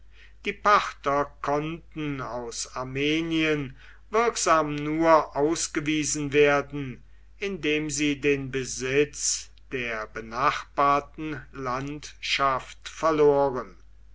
die parther konnten aus armenien wirksam nur ausgewiesen werden indem sie den besitz der benachbarten landschaft verloren